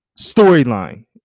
storyline